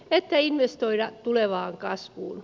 pelkkä investoida tulevaan kasvuun